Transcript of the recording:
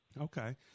Okay